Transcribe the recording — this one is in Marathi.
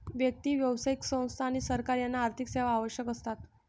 व्यक्ती, व्यावसायिक संस्था आणि सरकार यांना आर्थिक सेवा आवश्यक असतात